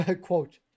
quote